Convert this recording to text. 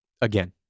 Again